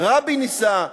רבין ניסה,